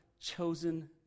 chosen